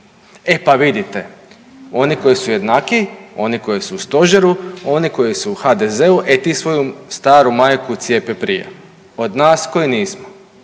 E pa vidite oni koji su jednakiji, oni koji su u stožeru, oni koji su u HDZ-u e ti svoju staru maju cijepi prije od nas koji nismo.